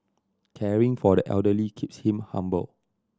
caring for the elderly keeps him humble